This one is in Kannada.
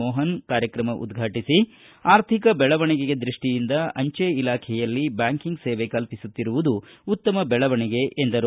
ಮೋಹನ್ ಕಾರ್ಯಕ್ರಮ ಉದ್ರಾಟು ಆರ್ಥಿಕ ಬೆಳವಣಿಗೆ ದೃಷ್ಠಿಯಿಂದ ಅಂಚೆ ಇಲಾಖೆಯಲ್ಲಿ ಬ್ಯಾಂಕಿಂಗ್ ಸೇವೆ ಕಲ್ಪಿಸುತ್ತಿರುವುದು ಉತ್ತಮ ಬೆಳವಣಿಗೆ ಎಂದರು